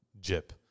jip